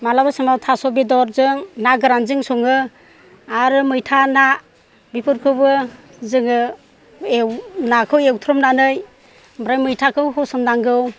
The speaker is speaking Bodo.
माब्लाबा समाव थास' बेदरजों ना गोरानजों सङो आरो मैथा ना बेफोरखौबो जोङो एवो नाखौ एवथ्रमनानै ओमफ्राय मैथाखौ होसननांगौ